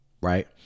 right